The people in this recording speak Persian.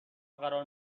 قرار